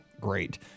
great